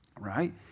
Right